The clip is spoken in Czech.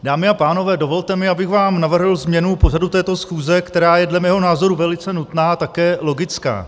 Dámy a pánové, dovolte mi, abych vám navrhl změnu pořadu této schůze, která je dle mého názoru velice nutná a také logická.